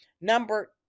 Number